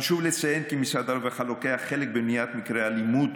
חשוב לציין כי משרד הרווחה לוקח חלק במניעת מקרי אלימות